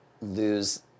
lose